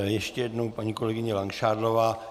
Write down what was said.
Ještě jednou paní kolegyně Langšádlová.